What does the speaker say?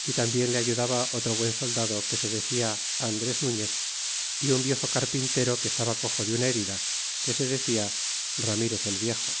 y tambien le ayudaba otro buen soldado que se decia andres nuñez é un viejo carpintero que estaba coxo de una herida que se decía ranairez el viejo